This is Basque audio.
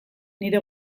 nire